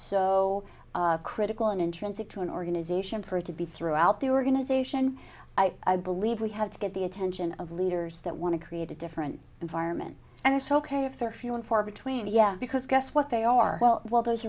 so critical and intrinsic to an organization for it to be throughout the organization i believe we have to get the attention of leaders that want to create a different environment and it's ok if they're few and far between and yeah because guess what they are well while those